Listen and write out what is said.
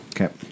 Okay